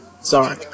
Sorry